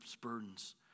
burdens